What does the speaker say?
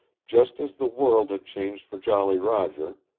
just as the world had changed for jolly roger,